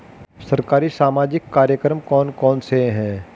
सरकारी सामाजिक कार्यक्रम कौन कौन से हैं?